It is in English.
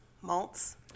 malts